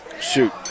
Shoot